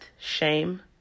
shame